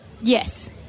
Yes